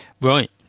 Right